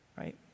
Right